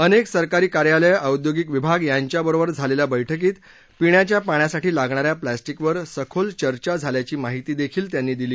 अनेक सरकारी कार्यालयं औद्योगिक विभाग यांच्याबरोबर झालेल्या बैठकीत पीण्याच्या पाण्यासाठी लागणा या प्लास्टिकवर सखोल चर्चा झाल्याची माहिती देखील त्यांनी दिली